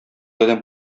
адәм